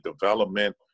development